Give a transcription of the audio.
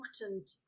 important